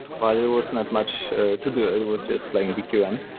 but there was not much to do. it was just plain dqn.